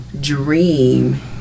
dream